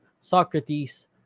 Socrates